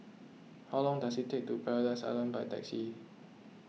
how long does it take to get to Paradise Island by taxi